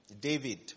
David